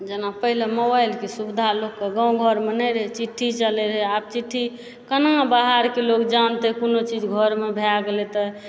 जेना पहिले मोबाइलके सुविधा लोककेँ गाँव घरमे नहि रहए चिठ्ठी चलै रहए आब चिठ्ठी केना बाहरके लोग जानतै कोनो चीज घरमे भए गेलै तऽ